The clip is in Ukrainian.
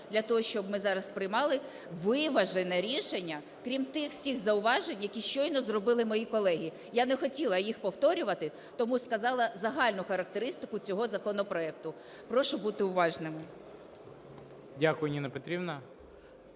для того, щоб ми зараз приймали виважене рішення, крім тих всіх зауважень, які щойно зробили мої колеги. Я не хотіла їх повторювати, тому сказала загальну характеристику цього законопроекту. Прошу бути уважними. ГОЛОВУЮЧИЙ. Дякую. Ніна Петрівна.